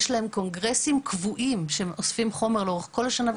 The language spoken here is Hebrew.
יש להם קונגרסים קבועים שאוספים חומרים במשך כל השנה,